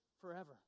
forever